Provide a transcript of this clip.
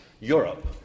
Europe